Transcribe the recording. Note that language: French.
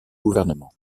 gouvernement